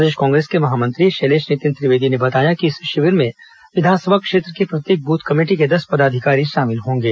प्रदेश Congress के महामंत्री शैलेष नितिन त्रिवेदी ने बताया कि इस शिविर में विधानसभा क्षेत्र के प्रत्येक बूथ कमेटी के दस पदाधिकारी शामिल होंगे